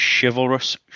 chivalrous